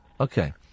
Okay